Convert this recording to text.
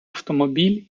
автомобіль